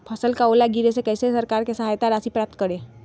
फसल का ओला गिरने से कैसे सरकार से सहायता राशि प्राप्त करें?